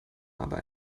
aber